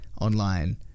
online